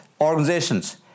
organizations